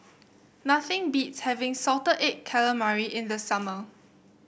nothing beats having Salted Egg Calamari in the summer